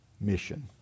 mission